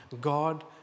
God